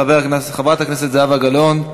חברת הכנסת זהבה גלאון.